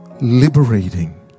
liberating